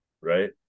right